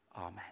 Amen